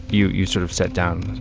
you you sort of sit down.